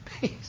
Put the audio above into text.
peace